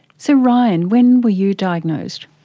so ryan, when were you diagnosed?